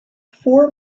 four